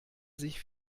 sich